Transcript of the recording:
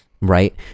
right